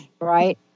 right